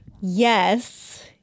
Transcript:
Yes